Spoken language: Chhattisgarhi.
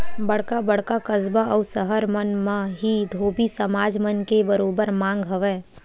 बड़का बड़का कस्बा अउ सहर मन म ही धोबी समाज मन के बरोबर मांग हवय